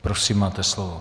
Prosím, máte slovo.